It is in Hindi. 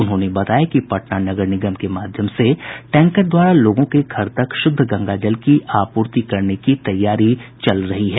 उन्होंने बताया कि पटना नगर निगम के माध्यम से टैंकर द्वारा लोगों के घर तक शुद्ध गंगा जल की आपूर्ति करने की तैयारी चल रही है